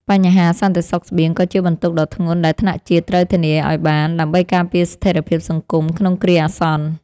បញ្ហាសន្តិសុខស្បៀងក៏ជាបន្ទុកដ៏ធ្ងន់ដែលថ្នាក់ជាតិត្រូវធានាឱ្យបាន ដើម្បីការពារស្ថិរភាពសង្គមក្នុងគ្រាអាសន្ន។